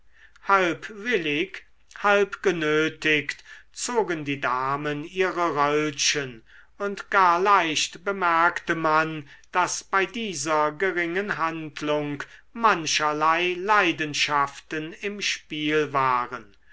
halb willig halb genötigt zogen die damen ihre röllchen und gar leicht bemerkte man daß bei dieser geringen handlung mancherlei leidenschaften im spiel waren